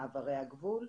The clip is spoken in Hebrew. מעברי הגבול,